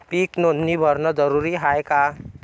पीक नोंदनी भरनं जरूरी हाये का?